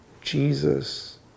Jesus